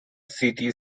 city